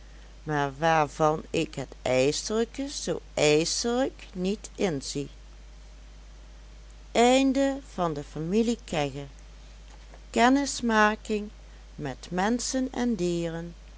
waarvan ik het ijselijke zoo ijselijk niet inzie een juffertje en een